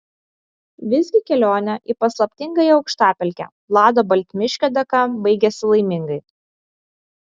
visgi kelionė į paslaptingąją aukštapelkę vlado baltmiškio dėka baigėsi laimingai